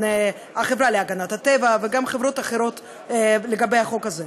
החברה להגנת הטבע וגם חברות אחרות לגבי החוק הזה,